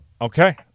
Okay